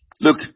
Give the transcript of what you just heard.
Look